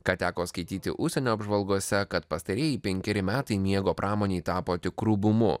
ką teko skaityti užsienio apžvalgose kad pastarieji penkeri metai miego pramonėje tapo tikru bumu